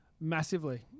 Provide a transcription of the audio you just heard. Massively